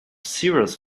cereals